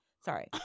Sorry